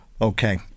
Okay